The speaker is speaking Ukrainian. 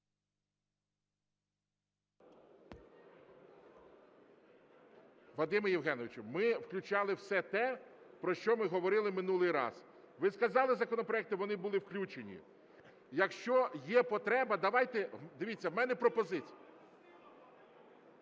Вадиме Євгеновичу, ми включали все те, про що ми говорили минулий раз. Ви сказали законопроекти, вони були включені. Якщо є потреба, давайте… Дивіться, у мене пропозиція.